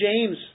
James